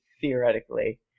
theoretically